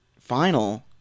Final